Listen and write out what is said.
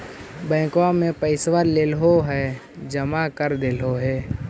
बैंकवा से पैसवा लेलहो है जमा कर देलहो हे?